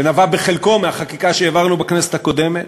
שנבע בחלקו מהחקיקה שהעברנו בכנסת הקודמת,